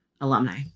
alumni